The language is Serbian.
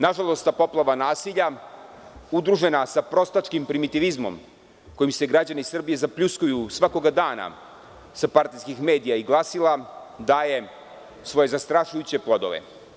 Nažalost ta poplava nasilja udružena sa prostačkim primitivizmom kojim se građani Srbije zapljuskuju svakog dana sa partijskih medija i glasila daje svoje zastrašujuće plodove.